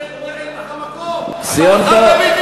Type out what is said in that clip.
חוק, אתה יכול.